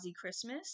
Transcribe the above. Christmas